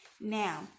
Now